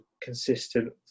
consistent